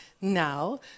Now